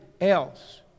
else